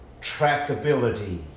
Trackability